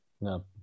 No